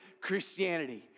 Christianity